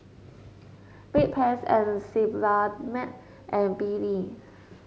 Bedpans Sebamed and B D